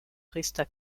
resta